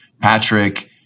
Patrick